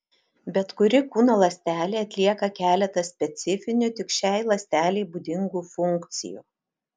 bet kuri kūno ląstelė atlieka keletą specifinių tik šiai ląstelei būdingų funkcijų